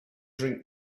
drink